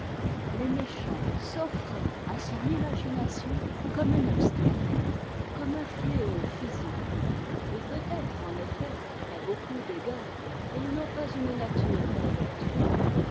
les méchants s'offraient à son imagination comme un obstacle comme un f éau physique et peut-être en effet qu'à beaucoup d'égards ils n'ont pas une nature intellectuelle